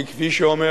כי, כפי שאומר